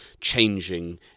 changing